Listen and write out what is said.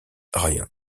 rien